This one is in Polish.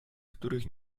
których